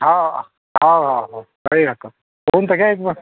हो हो हो हो पाहून तर घ्या एक बार